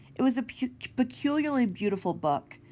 it was a peculiarly beautiful book.